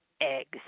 eggs